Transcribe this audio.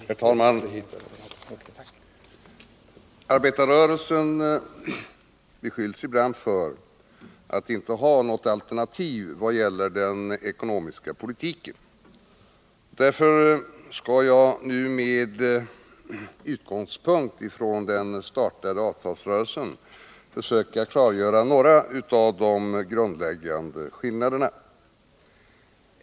Herr talman! Arbetarrörelsen beskylls ibland för att inte ha något alternativ vad gäller den ekonomiska politiken. Därför skall jag nu med utgångspunkt i den startade avtalsrörelsen försöka klargöra några grundläggande skillnader.